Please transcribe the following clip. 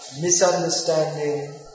misunderstanding